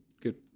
good